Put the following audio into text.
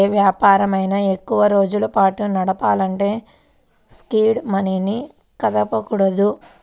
యే వ్యాపారమైనా ఎక్కువరోజుల పాటు నడపాలంటే సీడ్ మనీని కదపకూడదు